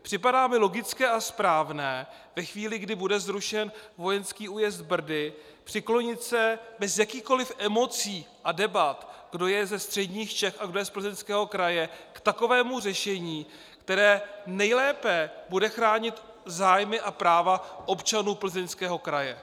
Připadá mi logické a správné ve chvíli, kdy bude zrušen vojenský újezd Brdy, přiklonit se bez jakýchkoliv emocí a debat, kdo je ze středních Čech a kdo je z Plzeňského kraje, k takovému řešení, které nejlépe bude chránit zájmy a práva občanů Plzeňského kraje.